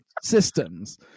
systems